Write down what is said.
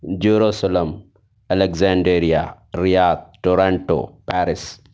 Jerusalem Alexandria Riyadh Toronto Paris